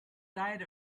diet